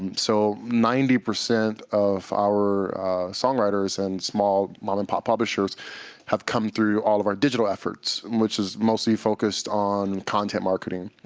so ninety percent of our songwriters and small mom-and-pop publishers have come through all of our digital efforts, which is mostly focused on content marketing.